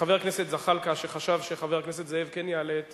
חבר הכנסת זחאלקה, שחשב שחבר הכנסת זאב כן יעלה את